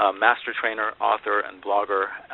ah master trainer, author, and blogger,